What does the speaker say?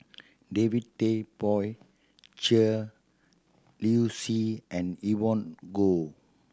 David Tay Poey Cher Liu Si and Evon Kow